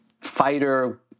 fighter